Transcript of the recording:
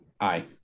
aye